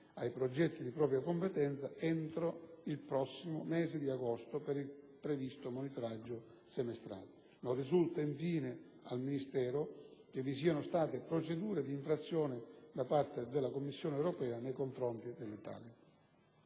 ai progetti di propria competenza entro il prossimo mese di agosto per il previsto monitoraggio semestrale. Non risulta, infine, al Ministero che vi siano state procedure di infrazione da parte della Commissione Europea nei confronti dell'Italia.